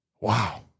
Wow